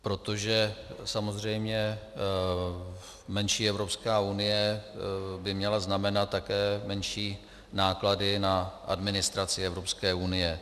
Protože samozřejmě menší Evropská unie by měla znamenat také menší náklady na administraci Evropské unie.